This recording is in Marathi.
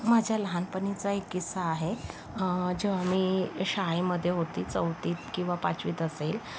माझ्या लहानपणीचा एक किस्सा आहे जेव्हा मी शाळेमध्ये होते चौथीत किंवा पाचवीत असेल